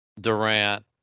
Durant